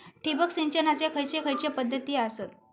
ठिबक सिंचनाचे खैयचे खैयचे पध्दती आसत?